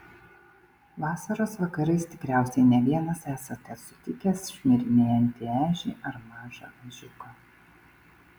vasaros vakarais tikriausiai ne vienas esate sutikęs šmirinėjantį ežį ar mažą ežiuką